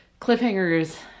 cliffhangers